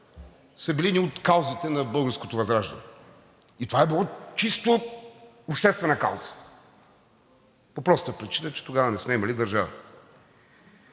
са били едни от каузите на Българското възраждане и това е било чисто обществена кауза по простата причина, че тогава не сме имали държава.